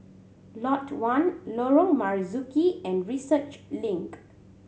Lot One Lorong Marzuki and Research Link